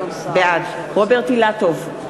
בעד רוברט אילטוב,